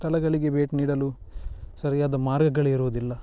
ಸ್ಥಳಗಳಿಗೆ ಭೇಟಿ ನೀಡಲು ಸರಿಯಾದ ಮಾರ್ಗಗಳಿರುವುದಿಲ್ಲ